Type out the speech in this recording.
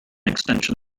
extension